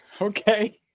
Okay